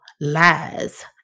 lies